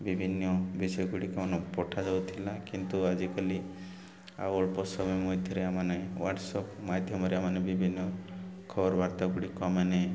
ବିଭିନ୍ନ ବିଷୟ ଗୁଡ଼ିକ କ'ଣ ପଠାଯାଉଥିଲା କିନ୍ତୁ ଆଜିକାଲି ଆଉ ଅଳ୍ପ ସମୟ ମଧ୍ୟରେ ଆମମାନେ ୱାଟ୍ସଆପ୍ ମାଧ୍ୟମରେ ଆମମାନେ ବିଭିନ୍ନ ଖବରବାର୍ତ୍ତା ଗୁଡ଼ିକମାନେ